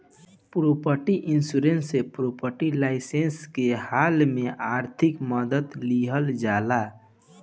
property insurance से property loss के हाल में आर्थिक मदद लीहल जाला